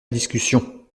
discussion